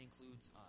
includes